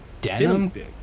denim